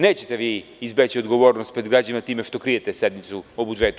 Nećete vi izbeći odgovornost pred građanima time što krijete sednicu o budžetu.